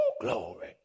glory